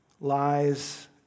lies